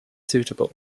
suitable